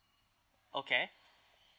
okay